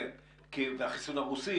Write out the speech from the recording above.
והחיסון הרוסי.